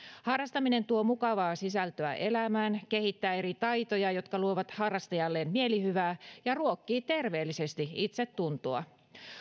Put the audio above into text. harrastaminen tuo mukavaa sisältöä elämään kehittää eri taitoja jotka luovat harrastajalleen mielihyvää ja ruokkii terveellisesti itsetuntoa